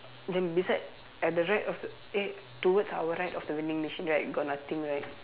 then beside at the right of eh towards our right of the vending machine right got nothing right